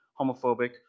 homophobic